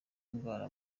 indwara